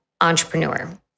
entrepreneur